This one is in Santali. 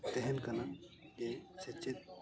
ᱛᱟᱦᱮᱱ ᱠᱟᱱᱟ ᱡᱮ ᱥᱮᱪᱮᱫ